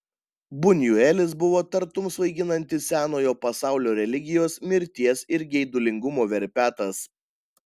bunjuelis buvo tartum svaiginantis senojo pasaulio religijos mirties ir geidulingumo verpetas